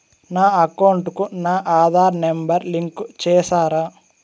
నా అకౌంట్ కు నా ఆధార్ నెంబర్ లింకు చేసారా